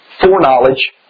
foreknowledge